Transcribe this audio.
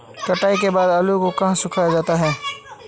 कटाई के बाद आलू को कहाँ सुखाया जाता है?